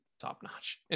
top-notch